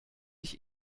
ich